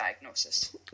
diagnosis